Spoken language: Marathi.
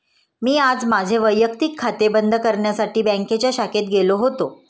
मी आज माझे वैयक्तिक खाते बंद करण्यासाठी बँकेच्या शाखेत गेलो होतो